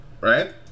Right